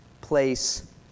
place